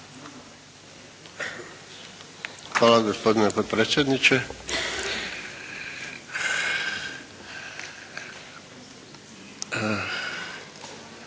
Hvala gospodine potpredsjedniče.